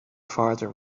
farther